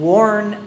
Worn